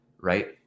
right